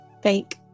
fake